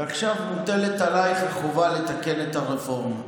ועכשיו מוטלת עלייך החובה לתקן את הרפורמה.